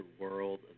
world